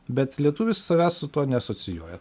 bet lietuvis savęs su tuo neasocijuoja